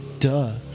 Duh